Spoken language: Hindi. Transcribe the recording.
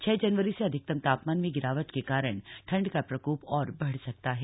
छह जनवरी से अधिकतम तापमान में गिरावट के कारण ठंड का प्रकोप और बढ़ सकता है